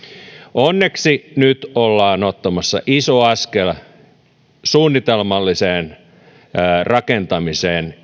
onneksi nyt ollaan ottamassa iso askel suunnitelmalliseen rakentamiseen